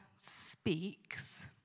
Speaks